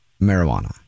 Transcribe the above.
marijuana